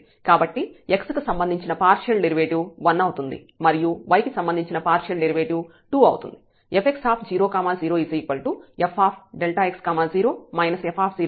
కాబట్టి x కి సంబంధించిన పార్షియల్ డెరివేటివ్ 1 అవుతుంది మరియు y కి సంబంధించిన పార్షియల్ డెరివేటివ్ 2 అవుతుంది